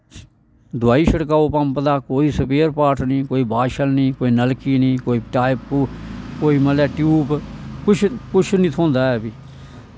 दवाई छड़काओ पंप दा कोई स्पेयर पार्ट नी कोई बाशल नी कोई नलकी नी कोई पाई कोई मतलव टयूब कुछ नी थ्होंदा ऐ